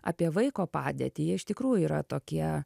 apie vaiko padėtį jie iš tikrųjų yra tokie